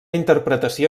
interpretació